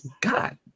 God